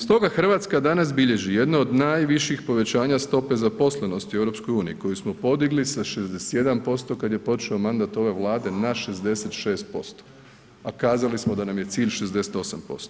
Stoga Hrvatska danas bilježi jedno od najviših povećanja stope zaposlenosti u EU koju smo podigli sa 61% kada je počeo mandat ove Vlade na 66% a kazali smo da nam je cilj 68%